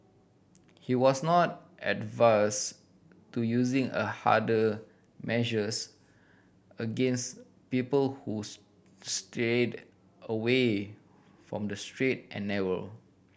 he was not adverse to using a harder measures against people who strayed away from the straight and narrow